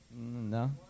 No